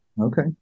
Okay